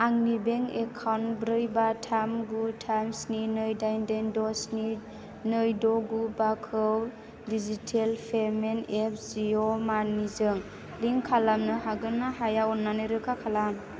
आंनि bank account ब्रै बा थाम गु थाम स्नि नै दाइन दाइन द' स्नि नै द' गु बाखौ डिजिटेल पेमेन्ट एप्स जिअ' मानिजों लिंक खालामनो हागोनना हाया अननानै रोखा खालाम